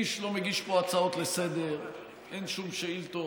איש לא מגיש פה הצעות לסדר-היום, אין שום שאילתות,